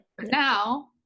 Now